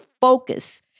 focus